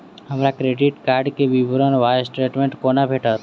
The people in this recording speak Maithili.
हमरा क्रेडिट कार्ड केँ विवरण वा स्टेटमेंट कोना भेटत?